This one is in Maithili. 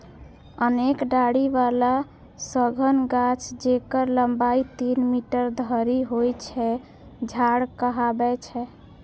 अनेक डारि बला सघन गाछ, जेकर लंबाइ तीन मीटर धरि होइ छै, झाड़ कहाबै छै